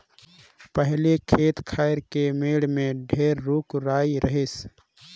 पहिले खेत खायर के मेड़ में ढेरे रूख राई रहिस